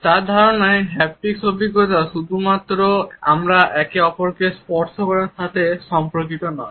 তার ধারণায় হ্যাপটিক অভিজ্ঞতা শুধুমাত্র আমরা একে অপরকে স্পর্শ করার সাথে সম্পর্কিত নয়